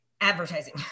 advertising